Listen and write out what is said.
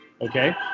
Okay